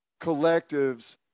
collectives